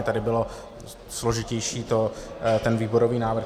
Tady byl složitější ten výborový návrh.